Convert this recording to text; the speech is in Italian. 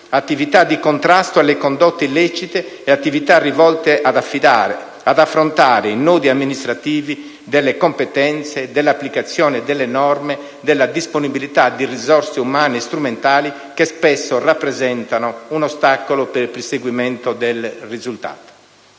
attività di contrasto alle condotte illecite e attività rivolte ad affrontare i nodi amministrativi delle competenze, dell'applicazione delle norme, della disponibilità di risorse umane e strumentali, che spesso rappresentano un ostacolo per il perseguimento del risultato.